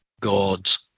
god's